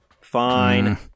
Fine